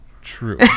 true